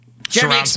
Jeremy